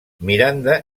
miranda